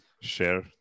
share